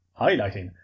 highlighting